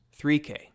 3K